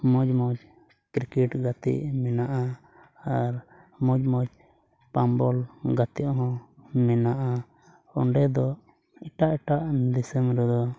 ᱢᱚᱡᱽ ᱢᱚᱡᱽ ᱠᱨᱤᱠᱮᱹᱴ ᱜᱟᱛᱮᱜ ᱢᱮᱱᱟᱜᱼᱟ ᱟᱨ ᱢᱚᱡᱽ ᱢᱚᱡᱽ ᱯᱟᱢ ᱵᱚᱞ ᱜᱟᱛᱮᱜ ᱦᱚᱸ ᱢᱮᱱᱟᱜᱼᱟ ᱚᱸᱰᱮ ᱫᱚ ᱮᱴᱟᱜ ᱮᱴᱟᱜ ᱫᱤᱥᱚᱢ ᱨᱮᱫᱚ